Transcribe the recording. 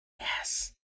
Yes